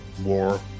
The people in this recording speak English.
more